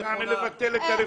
יעני לבטל את הרפורמה.